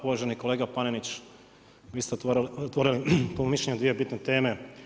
Uvaženi kolega Panenić, vi ste otvorili po mom mišljenju dvije bitne teme.